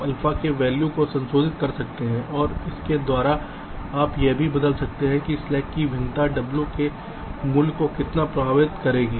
आप अल्फा के वैल्यू को संशोधित कर सकते हैं और इसके द्वारा आप यह भी बदल सकते हैं कि स्लैक में भिन्नता w के मूल्य को कितना प्रभावित करेगी